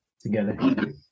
together